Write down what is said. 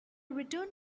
returned